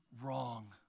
wrong